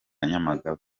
nyamagabe